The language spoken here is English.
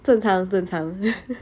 正常正常